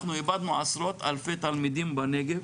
אנחנו איבדנו עשרות אלפי תלמידים בנגב